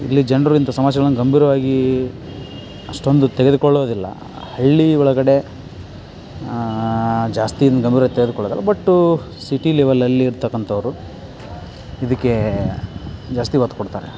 ಇಲ್ಲಿ ಜನರು ಇಂಥ ಸಮಸ್ಯೆಗಳನ್ನು ಗಂಭೀರವಾಗಿ ಅಷ್ಟೊಂದು ತೆಗೆದುಕೊಳ್ಳೊದಿಲ್ಲ ಹಳ್ಳಿ ಒಳಗಡೆ ಜಾಸ್ತಿ ಇದನ್ನು ಗಂಭೀರವಾಗಿ ತೆಗೆದುಕೊಳ್ಳೊದಿಲ್ಲ ಬಟ್ಟು ಸಿಟಿ ಲೆವೆಲ್ಲಲ್ಲಿ ಇರತಕ್ಕಂತವ್ರು ಇದಕ್ಕೆ ಜಾಸ್ತಿ ಒತ್ತು ಕೊಡ್ತಾರೆ